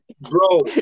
bro